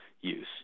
use